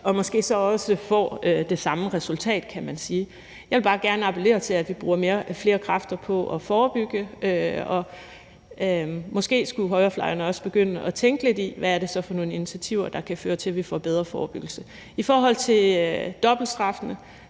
og måske så også får det samme resultat, kan man sige. Jeg vil bare gerne appellere til, at vi bruger flere kræfter på at forebygge, og måske skulle højrefløjen også begynde at tænke lidt i, hvad det så er for nogle initiativer, der kan føre til, at vi får en bedre forebyggelse. I forhold til dobbeltstraffene